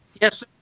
yes